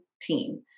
team